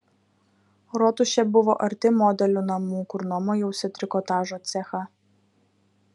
rotušė buvo arti modelių namų kur nuomojausi trikotažo cechą